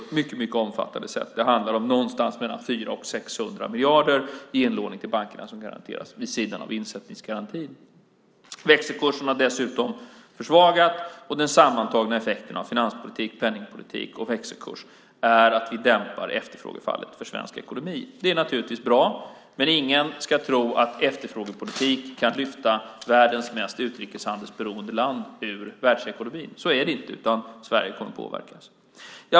Det handlar om någonstans mellan 400 och 600 miljarder i inlåning till bankerna, vid sidan av insättningsgarantin. Växelkursen har dessutom försvagats. Den sammantagna effekten av finanspolitik, penningpolitik och växelkurs är att vi dämpar efterfrågefallet för svensk ekonomi. Det är bra, men ingen ska tro att efterfrågepolitik kan lyfta världens mest utrikeshandelsberoende land ur världsekonomin. Så är det inte; Sverige kommer att påverkas.